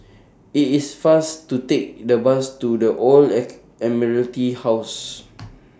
IT IS faster to Take The Bus to The Old ache Admiralty House